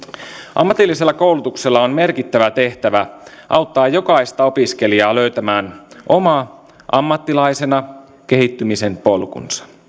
ammatillisella koulutuksella on merkittävä tehtävä auttaa jokaista opiskelijaa löytämään oma ammattilaisena kehittymisen polkunsa